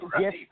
Yes